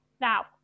now